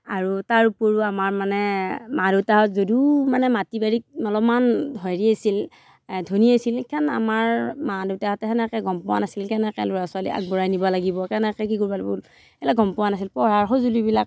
আৰু তাৰ উপৰিও আমাৰ মানে মা দেউতাহঁত যদিও মানে মাটি বাৰীত অলমান হেৰি আছিল ধনী আছিল কাৰণ আমাৰ মা দেউতাহঁতে সেনেকৈ গম পোৱা নাছিল কেনেকৈ ল'ৰা ছোৱালী আগবঢ়াই নিব লাগিব কেনেকৈ কি কৰিব লাগিব এইবিলাক গম পোৱা নাছিল পঢ়াৰ সঁজুলিবিলাক